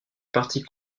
parti